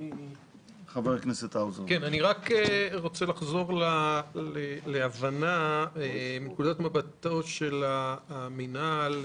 אני רוצה לחזור להבנה מנקודת מבטו של המינהל.